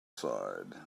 side